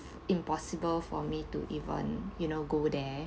impossible for me to even you know go there